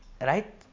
right